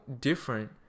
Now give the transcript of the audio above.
different